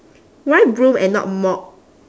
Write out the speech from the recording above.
why broom and not mop